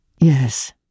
Yes